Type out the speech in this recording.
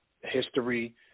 history